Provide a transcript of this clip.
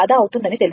కాబట్టి ఇది 3